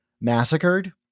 massacred